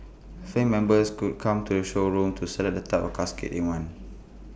family members could come to the showroom to select the type of caskets they want